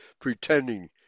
pretending